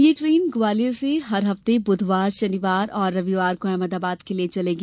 यह ट्रेन ग्वालियर से हर हफ्ते बुधवार शनिवार और रविवार को अहमदाबाद के लिये चलेगी